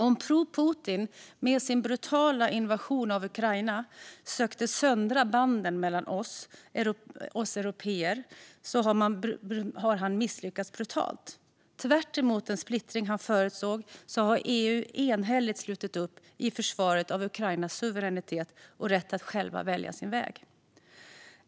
Om Putin med sin brutala invasion av Ukraina sökte söndra banden mellan oss européer har han misslyckats brutalt. Tvärtemot den splittring han förutsåg har EU enhälligt slutit upp i försvaret av Ukrainas suveränitet och rätt att själva välja sin väg.